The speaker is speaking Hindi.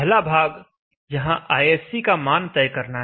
पहला भाग यहां ISC का मान तय करना है